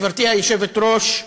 גברתי היושבת-ראש,